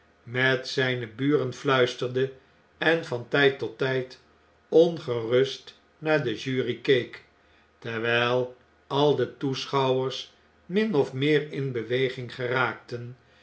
met zijne buren fluisterde en van tjjd tot tjjd ongerust naar de jury keek terwijl al de toeschouwers meer of min in beweging geraakten